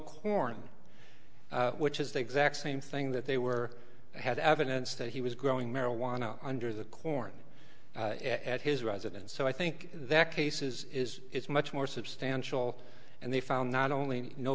corn which is the exact same thing that they were had evidence that he was growing marijuana under the corn at his residence so i think that case is is it's much more substantial and they found not only no